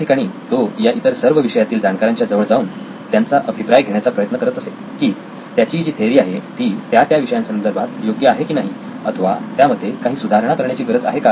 त्या ठिकाणी तो या इतर सर्व विषयातील जाणकारांच्या जवळ जाऊन त्यांचा अभिप्राय घेण्याचा प्रयत्न करत असे की त्याची जी थेअरी आहे ती त्या त्या विषया संदर्भात योग्य आहे की नाही अथवा त्यामध्ये काही सुधारणा करण्याची गरज आहे का